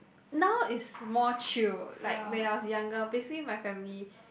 now is more chew like when I was younger basically my family